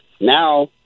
Now